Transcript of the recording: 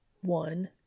One